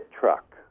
truck